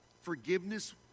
forgiveness